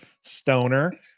Stoner